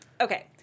Okay